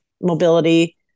mobility